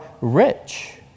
rich